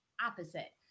opposite